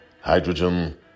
hydrogen